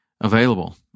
available